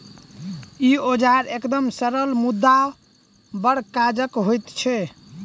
ई औजार एकदम सरल मुदा बड़ काजक होइत छै